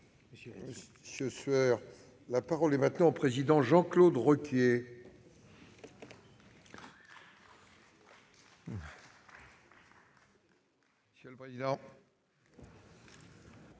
Monsieur le président,